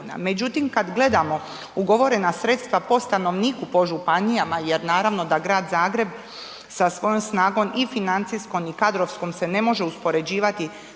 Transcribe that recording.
Međutim, kad gledamo ugovorena sredstva po stanovniku, po županijama jer naravno da Grad Zagreb sa svojom snagom i financijskom i kadrovskom se ne može uspoređivati